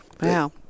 wow